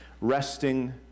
resting